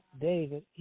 David